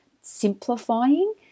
simplifying